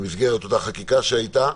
במסגרת אותה חקיקה שהייתה,